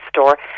store